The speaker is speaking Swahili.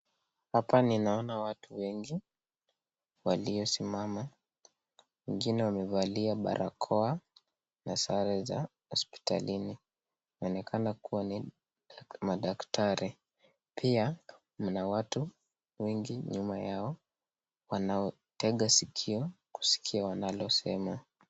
Hapa naona watu wengi waliosimama wengine wamevalia barakoa na sare za hospitalini na ni kana kuwa ni madaktari .Pia Kuna watu wengi nyuma yao wanaotega sikio kusikia wanalosema.